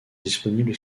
disponibles